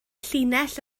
llinell